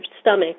stomach